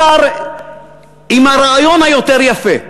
השר עם הרעיון היותר-יפה.